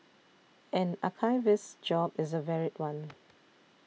an archivist's job is a varied one